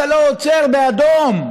אתה לא עוצר באדום.